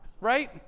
right